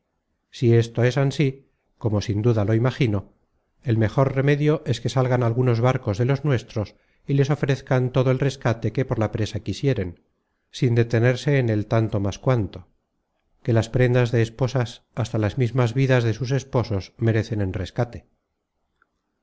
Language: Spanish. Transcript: si esto es ansí como sin duda lo imagino el mejor remedio es que salgan algunos barcos de los nuestros y les ofrezcan todo el rescate que por la presa quisieren sin detenerse en el tanto más cuanto que las prendas de esposas hasta las mismas vidas de sus mismos esposos merecen en rescate